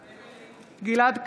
בעד גלעד קריב,